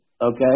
okay